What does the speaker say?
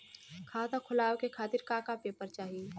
खाता खोलवाव खातिर का का पेपर चाही?